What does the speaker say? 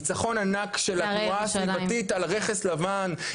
ניצחון ענק של התנועה הסביבתית על רכס לבן,